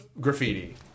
graffiti